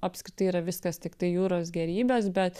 apskritai yra viskas tiktai jūros gėrybės bet